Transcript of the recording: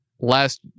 last